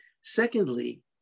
Secondly